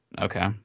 Okay